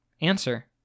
answer